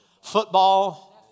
football